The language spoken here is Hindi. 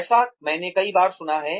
ऐसा मैंने कई बार सुना है